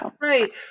Right